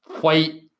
white